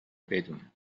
بدونن